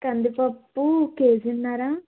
కందిపప్పు కేజిన్నర